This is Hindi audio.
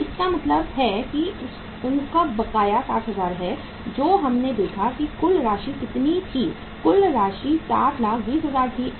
तो इसका मतलब है कि उनका बकाया 60000 है जो हमने देखा है कि कुल राशि कितनी थी कुल राशि 720000 थी